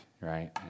right